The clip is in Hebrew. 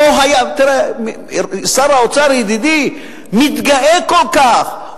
שר האוצר ידידי מתגאה כל כך,